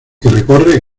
recorre